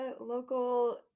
local